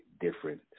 different